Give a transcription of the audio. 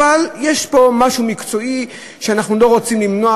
יש פה משהו מקצועי שאנחנו לא רוצים למנוע,